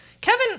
Kevin